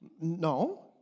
no